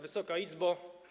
Wysoka Izbo!